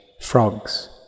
frogs